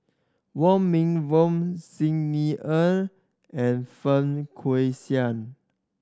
Wong Meng Voon Xi Ni Er and Feng Guixiang